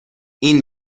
این